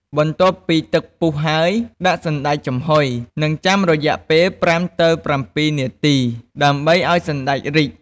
បន្ទាប់ពីទឹកពុះហើយ ដាក់សណ្តែកចំហុយ និងចាំរយៈពេល ៥ទៅ៧ នាទី ដើម្បីឱ្យសណ្តែករីក។